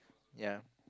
ya